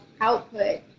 output